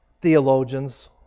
theologians